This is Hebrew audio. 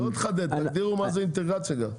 לא נחדד, תגדירו מה זה אינטגרציה גם.